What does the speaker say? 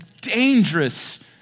dangerous